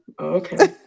okay